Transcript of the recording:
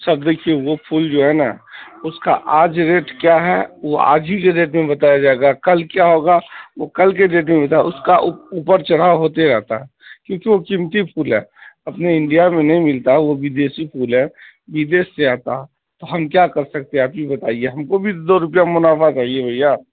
سر دیکھیے وہ پھول جو ہے نا اس کا آج ریٹ کیا ہے وہ آج ہی کے ڈیٹ میں بتایا جائے گا کل کیا ہوگا وہ کل کے ڈیٹ میں بتایا اس کا اوپر چڑھاؤ ہوتے رہتا ہے کیوں کہ وہ قیمتی پھول ہے اپنے انڈیا میں نہیں ملتا ہے وہ بدیسی پھول ہے بدیس سے آتا ہے تو ہم کیا کر سکتے ہیں آپ ہی بتائیے ہم کو بھی تو دو روپیہ منافع چاہیے بھیا